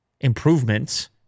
improvements